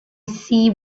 see